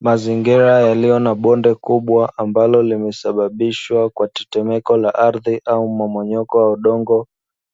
Mazingira yaliyo na bonde kubwa ambalo limesababisha kwa tetemeko la ardhi au mmomonyoko audogo